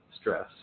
Stress